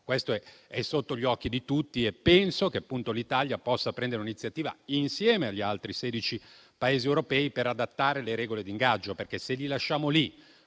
Questo è sotto gli occhi di tutti e penso che l'Italia possa prendere l'iniziativa, insieme agli altri 16 Paesi europei, per adattare le regole d'ingaggio, perché, se li lasciamo lì